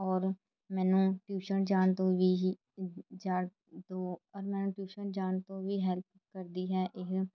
ਔਰ ਮੈਨੂੰ ਟਿਊਸ਼ਨ ਜਾਣ ਤੋਂ ਵੀ ਹੀ ਜਾਣ ਤੋਂ ਔਰ ਮੈਨੂੰ ਟਿਊਸ਼ਨ ਜਾਣ ਤੋਂ ਵੀ ਹੈਲਪ ਕਰਦੀ ਹੈ ਇਹ